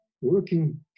Working